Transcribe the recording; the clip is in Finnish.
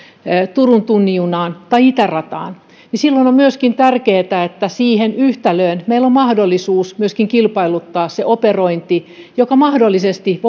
turun tunnin junaan tai itärataan niin silloin on tärkeätä myöskin se että siinä yhtälössä meillä on mahdollisuus myöskin kilpailuttaa se operointi joka mahdollisesti